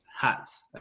hats